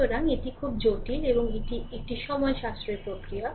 সুতরাং এটি খুব জটিল এবং এটি সময় সাশ্রয়ী প্রক্রিয়া